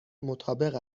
مطابق